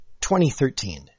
2013